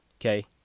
Okay